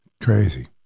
Crazy